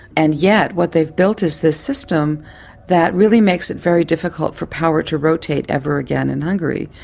and yet what they've built is this system that really makes it very difficult for power to rotate ever again in hungary.